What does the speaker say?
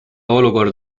olukord